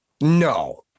no